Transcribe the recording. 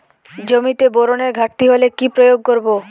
জমিতে বোরনের ঘাটতি হলে কি প্রয়োগ করব?